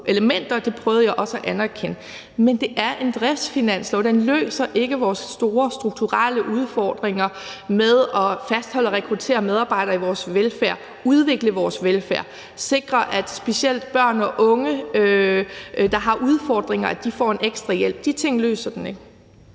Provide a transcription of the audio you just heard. elementer, og det prøvede jeg også at anerkende, men det er en driftsfinanslov. Den løser ikke vores store strukturelle udfordringer med at fastholde og rekruttere medarbejdere i vores velfærd, udvikle vores velfærd, sikre, at specielt børn og unge, der har udfordringer, får en ekstra hjælp. De ting løser den ikke.